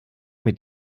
mit